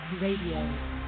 Radio